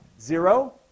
Zero